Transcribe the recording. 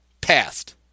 passed